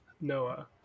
Noah